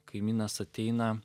kaimynas ateina